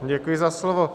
Děkuji za slovo.